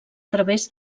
través